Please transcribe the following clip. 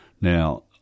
now